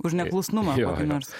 už neklusnumą kokį nors